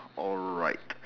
alright